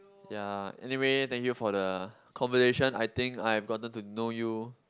ya anyway thank you for the conversation I think I have gotten to know you